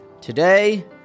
Today